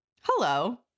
hello